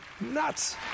nuts